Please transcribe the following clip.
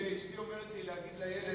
אשתי אומרת לי להגיד לילד,